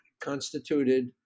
constituted